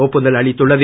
ஒப்புதல் அளித்துள்ளது